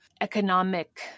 economic